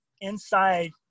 inside